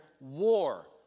war